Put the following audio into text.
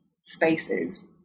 spaces